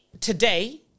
today